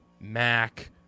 Mac